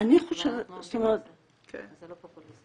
אבל אנחנו עובדים בזה, אז זה לא פופוליזם.